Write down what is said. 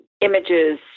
images